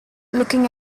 looking